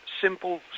simple